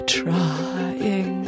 trying